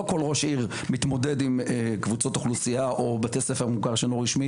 לא כל ראש עיר מתמודד עם קבוצות אוכלוסייה או בתי ספר במוכר שאינו רשמי